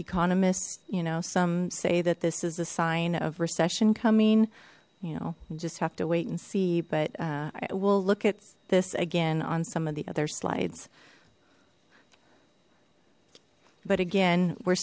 economists you know some say that this is a sign of recession coming you know you just have to wait and see but i will look at this again on some of the other slides but again we're